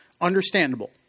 Understandable